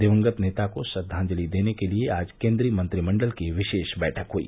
दिवंगत नेता को श्रद्वांजलि देने के लिए आज केन्द्रीय मंत्रिमंडल की विशेष बैठक हई